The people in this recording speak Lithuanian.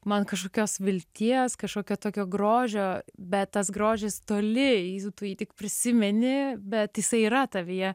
man kažkokios vilties kažkokio tokio grožio bet tas grožis toli jeigu tu jį tik prisimeni bet jisai yra tavyje